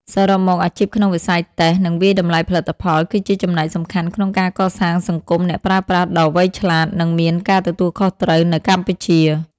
សរុបមក អាជីពក្នុងវិស័យតេស្ត និងវាយតម្លៃផលិតផល គឺជាចំណែកសំខាន់ក្នុងការកសាងសង្គមអ្នកប្រើប្រាស់ដ៏វៃឆ្លាត និងមានការទទួលខុសត្រូវនៅកម្ពុជា។